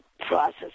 process